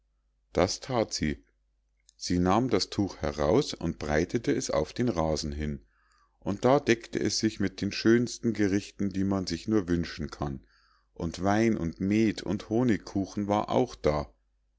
das that sie sie nahm das tuch heraus und breitete es auf den rasen hin und da deckte es sich mit den schönsten gerichten die man sich nur wünschen kann und wein und meth und honigkuchen war auch da